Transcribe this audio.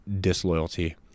disloyalty